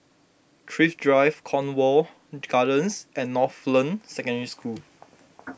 Thrift Drive Cornwall Gardens and Northland Secondary School